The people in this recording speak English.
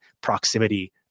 proximity